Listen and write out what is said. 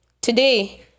today